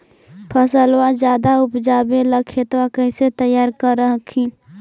फसलबा ज्यादा उपजाबे ला खेतबा कैसे तैयार कर हखिन?